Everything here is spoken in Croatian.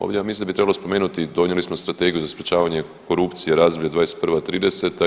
Ovdje ja mislim da bi trebalo spomenuti, donijeli smo Strategiju za sprječavanje korupcije razdoblje 2021.-2030.